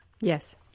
Yes